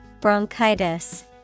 bronchitis